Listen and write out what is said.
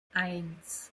eins